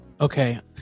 Okay